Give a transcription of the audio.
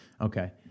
Okay